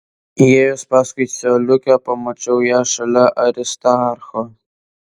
įėjusi paskui coliukę pamačiau ją šalia aristarcho